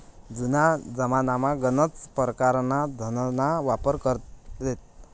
जुना जमानामा गनच परकारना धनना वापर करेत